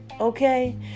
okay